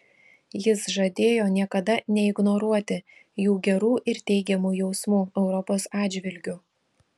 jis žadėjo niekada neignoruoti jų gerų ir teigiamų jausmų europos atžvilgiu